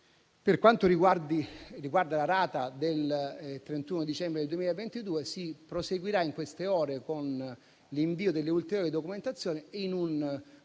Per quanto riguarda la rata del 31 dicembre 2022, si proseguirà in queste ore con l'invio di ulteriore documentazione in un confronto